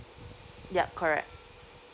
yup correct